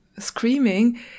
Screaming